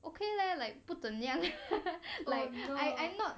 okay leh like 不怎么样 like I I not